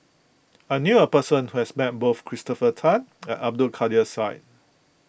I knew a person who has met both Christopher Tan and Abdul Kadir Syed